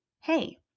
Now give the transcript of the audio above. hey